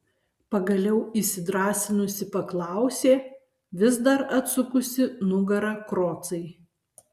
pagaliau įsidrąsinusi paklausė vis dar atsukusi nugarą krocai